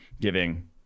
giving